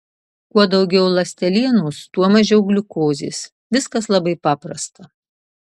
kuo daugiau ląstelienos tuo mažiau gliukozės viskas labai paprasta